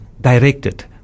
directed